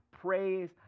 Praise